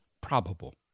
probable